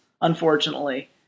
unfortunately